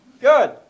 Good